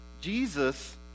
Jesus